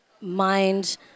mind